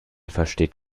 versteht